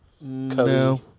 No